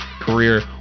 career